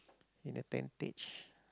in a tentage